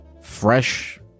fresh